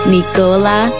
Nicola